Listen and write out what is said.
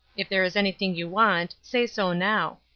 if there is anything you want, say so now.